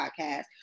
podcast